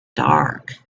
dark